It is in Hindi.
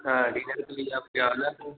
हाँ डिनर के लिए आपके यहाँ आना है